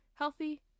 healthy